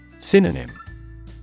Synonym